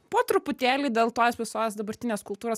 po truputėlį dėl tos visos dabartinės kultūros